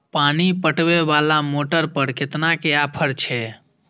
पानी पटवेवाला मोटर पर केतना के ऑफर छे?